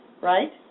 right